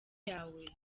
yawe